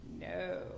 No